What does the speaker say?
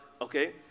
Okay